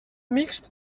mixt